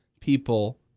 people